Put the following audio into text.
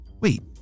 Wait